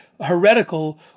heretical